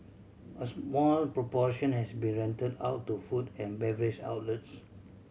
a small proportion has been rent out to food and beverage outlets